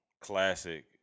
classic